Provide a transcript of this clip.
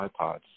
iPods